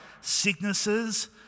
sicknesses